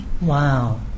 Wow